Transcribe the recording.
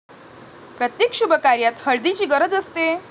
प्रत्येक शुभकार्यात हळदीची गरज असते